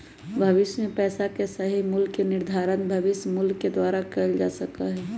भविष्य में पैसा के सही मूल्य के निर्धारण भविष्य मूल्य के द्वारा कइल जा सका हई